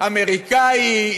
אמריקני,